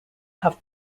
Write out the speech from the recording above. have